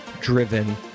driven